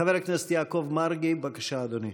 חבר הכנסת יעקב מרגי, בבקשה, אדוני.